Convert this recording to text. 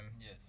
Yes